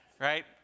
right